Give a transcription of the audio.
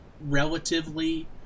relatively